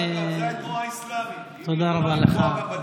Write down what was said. דרך אגב, זו התנועה האסלאמית, תודה רבה לך.